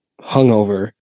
hungover